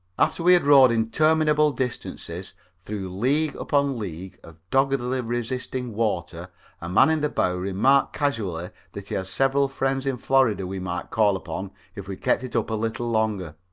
after we had rowed interminable distances through leagues upon leagues of doggedly resisting water a man in the bow remarked casually that he had several friends in florida we might call upon if we kept it up a little longer,